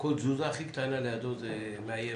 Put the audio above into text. כל תזוזה הכי קטנה לידו מאיימת.